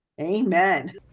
Amen